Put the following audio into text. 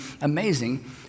amazing